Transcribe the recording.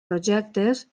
projectes